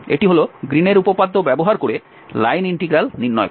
এটি হল গ্রীনের উপপাদ্য ব্যবহার করে লাইন ইন্টিগ্রাল নির্ণয় করা